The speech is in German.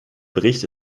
bericht